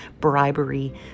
bribery